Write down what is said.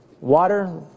water